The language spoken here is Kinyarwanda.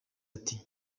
ati